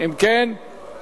לא